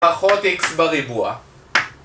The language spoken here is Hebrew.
פחות איקס בריבוע